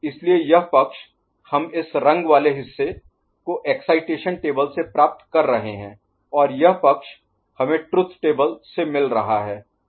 इसलिए यह पक्ष हम इस रंग वाले हिस्से को एक्साइटेशन टेबल से प्राप्त कर रहे हैं और यह पक्ष हमें ट्रुथ टेबल से मिल रहा है